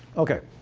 okay.